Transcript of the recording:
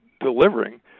delivering